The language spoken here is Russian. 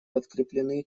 подкреплены